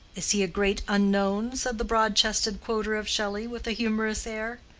is he a great unknown? said the broad-chested quoter of shelley, with a humorous air.